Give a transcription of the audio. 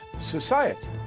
society